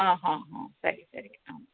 ಹಾಂ ಹಾಂ ಹಾಂ ಸರಿ ಸರಿ ಆಂ